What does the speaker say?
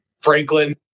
Franklin